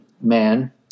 man